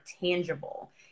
tangible